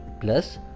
plus